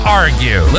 argue